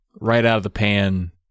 right-out-of-the-pan